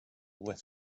with